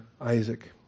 Isaac